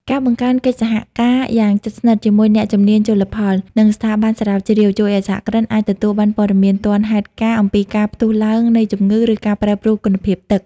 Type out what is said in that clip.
ការបង្កើនកិច្ចសហការយ៉ាងជិតស្និទ្ធជាមួយអ្នកជំនាញជលផល និងស្ថាប័នស្រាវជ្រាវ ជួយឱ្យសហគ្រិនអាចទទួលបានព័ត៌មានទាន់ហេតុការណ៍អំពីការផ្ទុះឡើងនៃជំងឺ ឬការប្រែប្រួលគុណភាពទឹក។